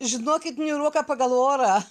žinokit niūroka pagal orą